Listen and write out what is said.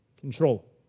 control